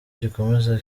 gikomeza